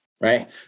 right